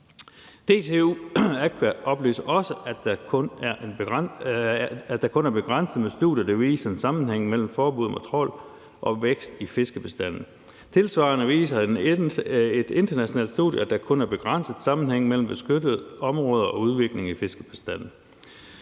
DTU Aqua oplyser også, at der kun er begrænset med studier, der viser en sammenhæng mellem forbud mod trawl og vækst i fiskebestande. Tilsvarende viser et internationalt studie, at der kun er begrænset sammenhæng mellem beskyttede områder og udvikling i fiskebestandene.